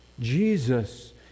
Jesus